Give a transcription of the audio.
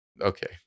Okay